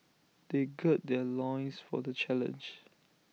they gird their loins for the challenge